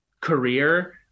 career